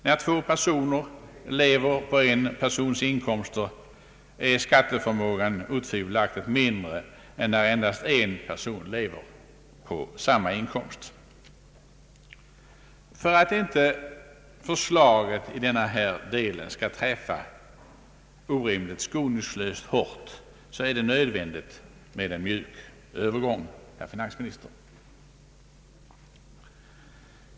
När två personer lever på en persons inkomst, är skatteförmågan otvivelaktigt mindre än när endast en person lever på samma inkomst. För att inte förslaget i denna del skall träffa orimligt och skoningslöst hårt är det nödvändigt med en mjuk övergång, herr finansminister.